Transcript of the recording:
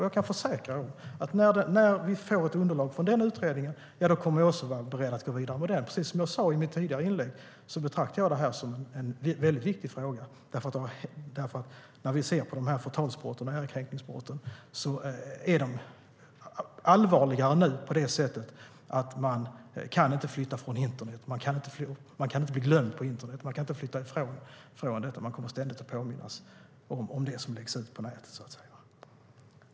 Jag kan försäkra att när vi får ett underlag från den utredningen kommer vi också att vara beredda att gå vidare med den. Som jag sa i mitt tidigare inlägg betraktar jag det som en väldigt viktig fråga. När vi ser på förtals och ärekränkningsbrotten är de allvarligare nu. Man kan inte flytta från internet och bli glömd på internet. Man kan inte flytta ifrån detta utan kommer ständigt att påminnas om det som läggs ut på nätet.